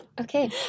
Okay